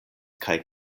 kaj